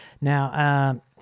Now